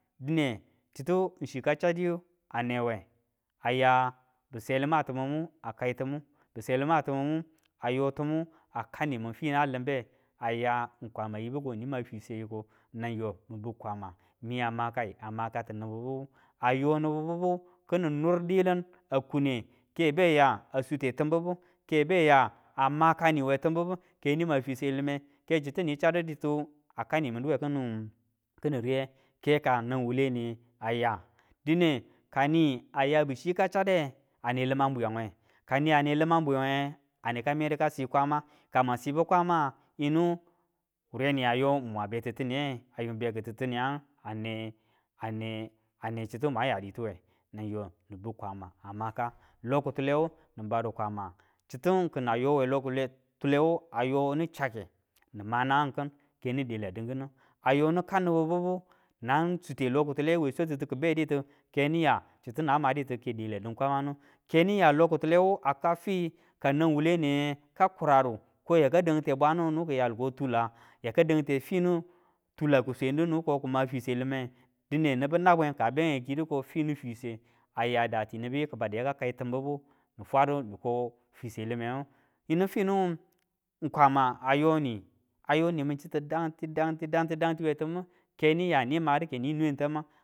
Dine, chitu chika chadu a newe a ya buselim ma timumu a kai timu besilum ma timumu a yo timi a kau nimin fina limbe a ya kwama yibu ko kima fiswe yiko. Nanyo m biu kwama miya ma kai a makatu nibibibu, a yo nibu bibu kini nur diyilin a kune ke beya a sute timi bibu, ke beya a makaniwe timbibu ke nima fiswe lime ke chitu ni chaditu a ka nimin duwe kini riye, ke ka nau wuwule niye aya. Dine kani a yabu chi ka chade, ane limang bwiyanwe, ka niya ne liman bwiya. Nguwe ane ka medu kasi kwama, ka mwan sibu kwama yinu wure ni a yo mwan be titiniye? a yung beki titiniyang ane ane ane chitu mwan yadi tiwe nan yo nibiu kwama a maka lokitule wu ni badu kwama chitu kina ayo ni chake ni ma nangangin keni ni dela din kinu a yo ni kau nibu bibu nang sute loki tule we swatutu kibedi tu keni ya chitu na maditu ke dela din kwanu keniya loki tule a kau fi ka nan wuwule niye akau i ka nan wuwule niye ka kuradu ko ya ka dange bwanu nibu ki yalu ko tula yaka dang te ki swendu nibu ko kima fiswe lime, dine nibu nabwen ka benge kiyidu ko fini fiswe aya data mbiyu ki badu yaka kai tim bibu ni fwadu niko fiswe limemu yinu finu kwama ayoni, ayonimin hitu dangti, dangti, dangti dangti we timu ke niya nima du ke nin nwe tamang.